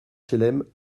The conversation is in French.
hlm